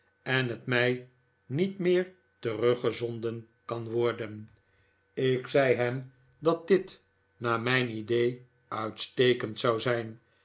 en het mij niet meer teruggezonden kan worden ik zei hem dat dit naar mijn idee uitstekend zou zijn